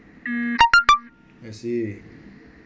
I see